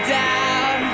down